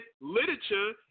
literature